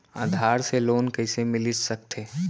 आधार से लोन कइसे मिलिस सकथे?